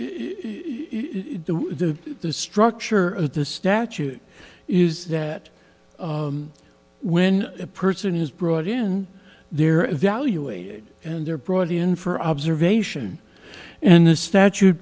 the the structure of the statute is that when a person is brought in there evaluated and they're brought in for observation and the statute